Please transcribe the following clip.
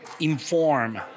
inform